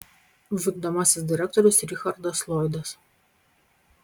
vykdomasis direktorius richardas lloydas